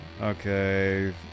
Okay